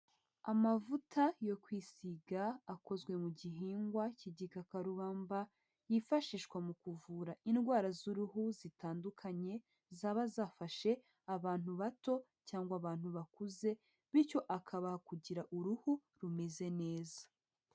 Amavuta yo kwisiga akozwe mu gihingwa cy'igikakarubamba yifashishwa mu kuvura indwara z'uruhu zitandukanye, zaba zafashe abantu bato cyangwa abantu bakuze bityo akabaha kugira uruhu rumeze neza.